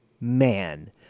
man